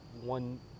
one